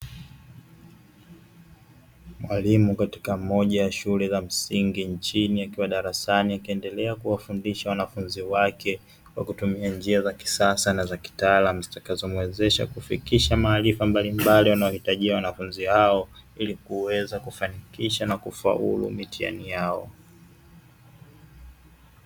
Mwalimu katika moja ya shule za msingi nchini, akiwa darasani akiendelea kuwafundisha wanafunzi wake, kwa kutumia njia za kisasa na za kitaalamu zitakazomuwezesha kufikisha maarifa mbalimbali wanayohitaji wanafunzi, ili kuweza kufanikisha na kufaulu mitihani yao.